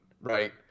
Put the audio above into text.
right